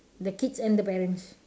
the kids and the parents